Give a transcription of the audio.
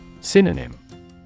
Synonym